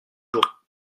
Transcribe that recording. jours